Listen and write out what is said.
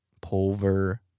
pulver